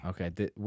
Okay